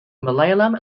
malayalam